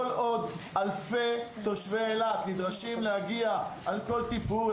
כל עוד אלפי תושבי אילת נדרשים להגיע על כל טיפול,